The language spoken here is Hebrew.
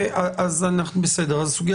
שסגירת השמיים מפסיקה לשרת צורך אפידמיולוגי.